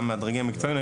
גם הדרגים המקצועיים,